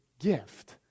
gift